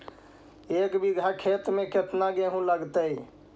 एक बिघा खेत में केतना गेहूं लगतै?